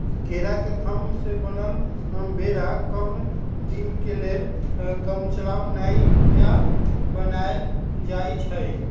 केरा के थम से बनल बेरा कम दीनके लेल कामचलाउ नइया बनाएल जाइछइ